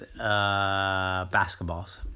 basketballs